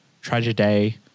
tragedy